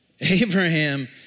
Abraham